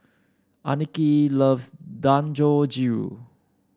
Annika loves Dangojiru